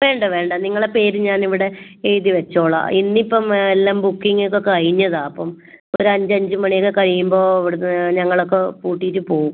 വേണ്ട വേണ്ട നിങ്ങളെ പേര് ഞാൻ ഇവിടെ എഴുതി വച്ചോളാം ഇന്നിപ്പം എല്ലാം ബുക്കിംഗൊക്കെ കഴിഞ്ഞതാണ് അപ്പം ഒര് അഞ്ച് അഞ്ച് മണി ഒക്കെ കഴിയുമ്പോൾ ഇവിടെ നിന്ന് ഞങ്ങളൊക്ക പൂട്ടിയിട്ട് പോവും